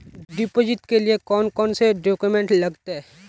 Deposit के लिए कौन कौन से डॉक्यूमेंट लगते?